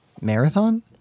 Marathon